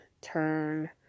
turn